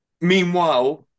Meanwhile